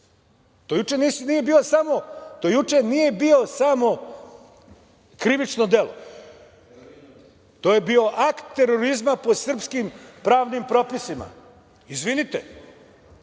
to juče nije bilo samo krivično delo, to je bio akt terorizma po srpskim pravnim propisima. Izvinite,